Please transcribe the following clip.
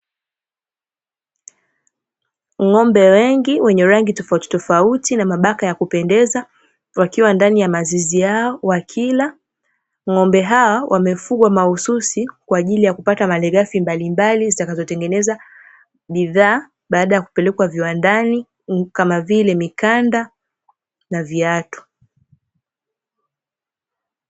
Ng'ombe wengi wenye rangi tofauti tofauti na mabaka ya kupendeza wakiwa ndani ya mazizi yao wakila. Ng'ombe hao wanafugwa mahususi kwa ajili ya kupata malighafi mbalimbali zitakazo tengeneza bidhaa baada ya kupelekwa viwandani kama vile mikanda na viatu.